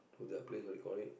to the place where you call it